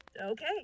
Okay